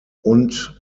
und